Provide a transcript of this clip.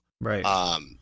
Right